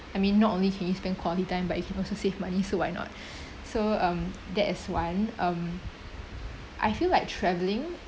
I mean not only can you spend quality time but it can also save money so why not so um that is one um I feel like travelling